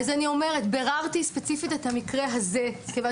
ביררתי ספציפית לגבי המקרה הזה מכיוון